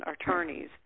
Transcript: attorneys